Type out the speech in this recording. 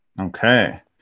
Okay